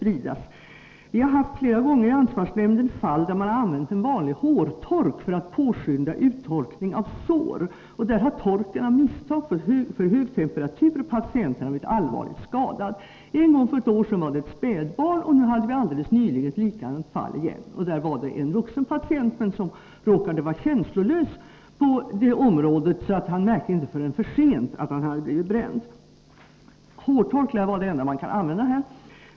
Vi har flera gånger tagit upp fall i ansvarsnämnden där man har använt en vanlig hårtork för att påskynda uttorkning av sår, och där torken av misstag fått för hög temperatur och patienten har blivit allvarligt skadad. För ett år sedan hände detta med ett spädbarn, och nyligen hade vi ett liknande fall — det var en vuxen patient som råkade vara känslolös i det sårade området och inte märkte förrän för sent att han hade blivit bränd. Det lär inte finnas något alternativ till hårtorken.